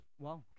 Wow